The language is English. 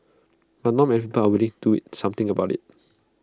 but not many people are willing to something about IT